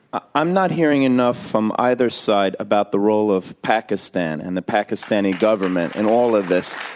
i'm not hearing enough from either side about the role of pakistan and the pakistani government in all of this.